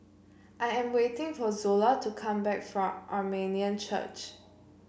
I am waiting for Zola to come back from Armenian Church